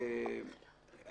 לא משנה.